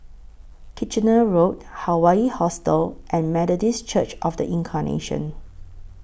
Kitchener Road Hawaii Hostel and Methodist Church of The Incarnation